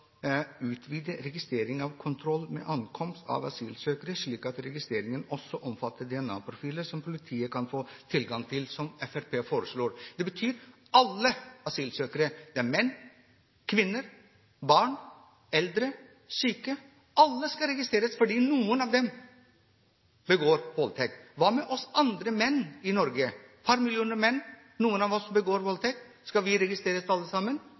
kontroll ved ankomst av asylsøkere slik at registreringen også omfatter DNA-profiler som politiet kan få tilgang til», som Fremskrittspartiet foreslår. Det betyr alle asylsøkere. Det betyr menn, kvinner, barn, eldre, syke – alle skal registreres fordi noen av dem begår voldtekt. Hva med andre menn i Norge – et par millioner menn? Noen av dem begår voldtekt. Skal vi registreres alle sammen?